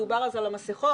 דובר אז על המסכות,